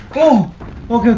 whom will